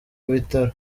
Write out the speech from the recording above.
bitaro